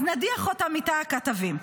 אז נדיח אותם מתא הכתבים.